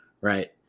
right